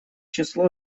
число